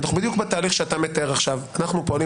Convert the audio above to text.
אנחנו בדיוק בתהליך שאתה מתאר ואנחנו פועלים